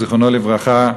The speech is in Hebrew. זיכרונו לברכה,